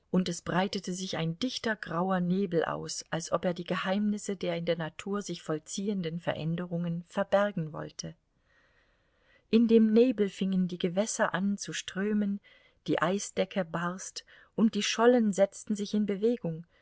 und es breitete sich ein dichter grauer nebel aus als ob er die geheimnisse der in der natur sich vollziehenden veränderungen verbergen wollte in dem nebel fingen die gewässer an zu strömen die eisdecke barst und die schollen setzten sich in bewegung